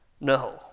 No